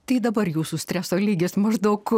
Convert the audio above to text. tai dabar jūsų streso lygis maždaug